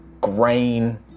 grain